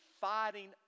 fighting